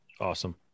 Awesome